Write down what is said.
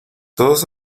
todos